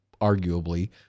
arguably